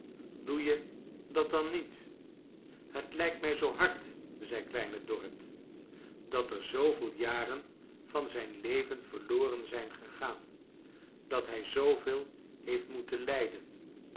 doe je dat dan met het lijkt mij zoo hard zei kleine dorrit dat er zooveel jarea van zijn leven verloren zijn gegaan dat hij zooveel heeft moet en lijden